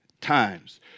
times